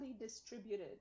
distributed